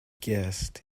guessed